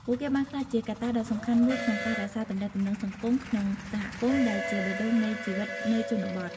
ពួកគេបានក្លាយជាកត្តាដ៏សំខាន់មួយក្នុងការរក្សាទំនាក់ទំនងសង្គមក្នុងសហគមន៍ដែលជាបេះដូងនៃជីវិតនៅជនបទ។